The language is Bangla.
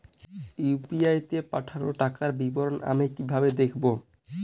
ইউ.পি.আই তে পাঠানো টাকার বিবরণ আমি কিভাবে দেখবো?